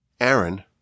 Aaron